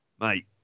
mate